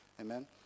Amen